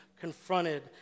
confronted